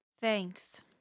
Thanks